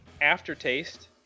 Aftertaste